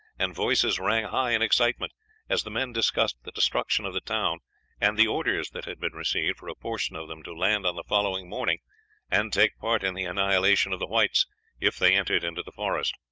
and voices rang high in excitement as the men discussed the destruction of the town and the orders that had been received for a portion of them to land on the following morning and take part in the annihilation of the whites if they entered into the forest.